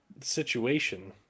Situation